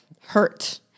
hurt